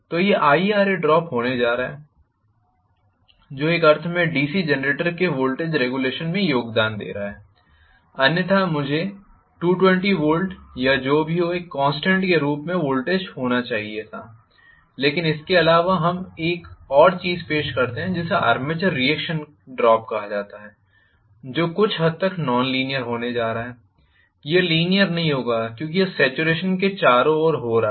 तो यह IaRa drop होने जा रहा है जो एक अर्थ में डीसी जेनरेटर के वोल्टेज रेग्युलेशन में योगदान दे रहा है अन्यथा मुझे 220 वोल्ट या जो भी हो एक कॉन्स्टेंट के रूप में वोल्टेज होना चाहिए था लेकिन इसके अलावा हम एक और चीज़ पेश करते हैं जिसे आर्मेचर रिएक्शन ड्रॉप कहा जाता है जो कुछ हद तक नॉन लीनीयर होने जा रहा है यह लीनीयर नहीं होगा क्योंकि यह सॅचुरेशन के चारों ओर हो रहा है